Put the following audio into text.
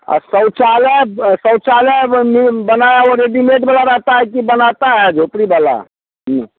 शौचालय शौचालय म बना वह रेडी मेड बना रहता है कि बनाता है झोपड़ी वाला